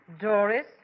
Doris